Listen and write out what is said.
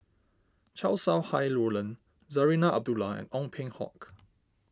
Chow Sau Hai Roland Zarinah Abdullah and Ong Peng Hock